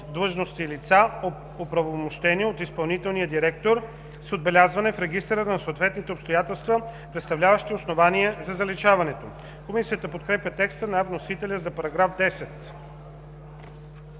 длъжностни лица, оправомощени от изпълнителния директор, с отбелязване в регистъра на съответните обстоятелства, представляващи основание за заличаване.” Комисията подкрепя текста на вносителя за § 10.